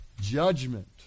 judgment